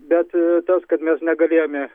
bet tas kad mes negalėjome